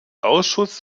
ausschuss